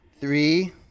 Three